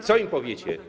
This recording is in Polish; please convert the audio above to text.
Co im powiecie?